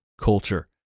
culture